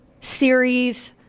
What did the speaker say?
Series